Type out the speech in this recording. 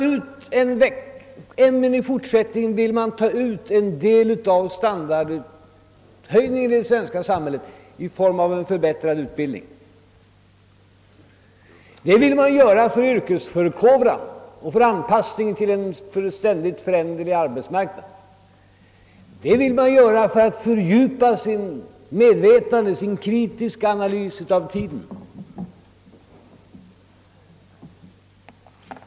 Jo, även i fortsättningen vill man ta ut en del av standardhöjningen i det svenska samhället i form av förbättrad utbildning. Det vill man göra för yrkesförkovran och för anpassning till en ständigt föränderlig arbetsmarknad, det vill man göra för att fördjupa sitt medvetande, sin kritiska analys av tiden.